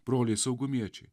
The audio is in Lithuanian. broliai saugumiečiai